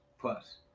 plus